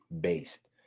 based